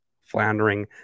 floundering